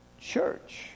church